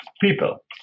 people